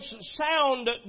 sound